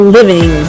Living